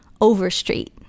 Overstreet